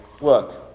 look